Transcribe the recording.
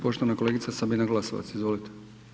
Poštovana kolegica Sabina Glasovac, izvolite.